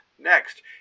Next